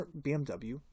BMW